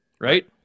right